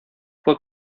fue